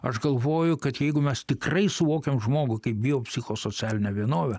aš galvoju kad jeigu mes tikrai suvokiam žmogų kaip biopsichosocialinę vienovę